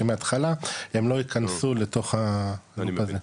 שמהתחלה הם לא ייכנסו לתוך הלופ הזה.